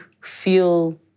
feel